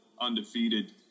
undefeated